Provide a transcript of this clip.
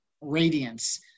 radiance